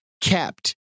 kept